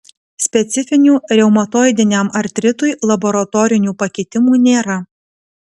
specifinių reumatoidiniam artritui laboratorinių pakitimų nėra